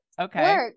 Okay